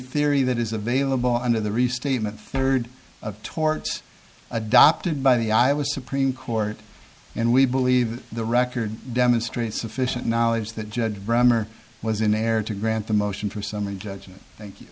theory that is available under the restatement third of torts adopted by the i was supreme court and we believe the record demonstrates sufficient knowledge that judge roemer was in error to grant the motion for summary judgment thank you